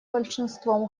большинством